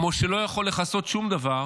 כמו שלא יכול לכסות שום דבר